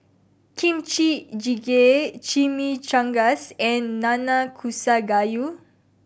Kimchi Jjigae Chimichangas and Nanakusa Gayu